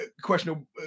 questionable